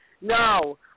No